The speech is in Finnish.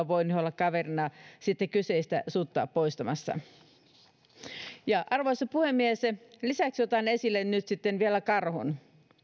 voineet olla kaverina kyseistä sutta poistamassa arvoisa puhemies lisäksi otan esille vielä karhun